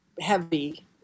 heavy